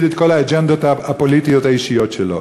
את כל האג'נדות הפוליטיות האישיות שלו.